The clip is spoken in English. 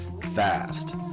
fast